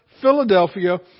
Philadelphia